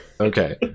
Okay